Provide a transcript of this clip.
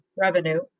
revenue